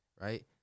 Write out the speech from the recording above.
right